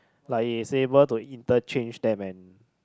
like he is able to interchange them and